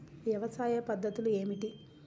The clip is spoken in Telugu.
వ్యవసాయ పద్ధతులు ఏమిటి?